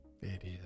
idiot